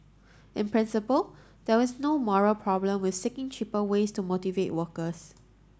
in principle there is no moral problem with seeking cheaper ways to motivate workers